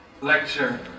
lecture